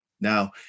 Now